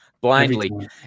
blindly